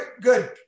good